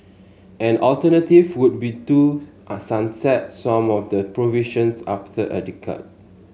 an alternative would be to a sunset some of the provisions after a